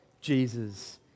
Jesus